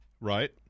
right